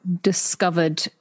discovered